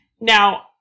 Now